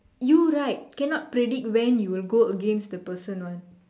you right cannot predict when you will go against the person one